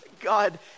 God